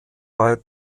bei